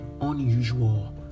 unusual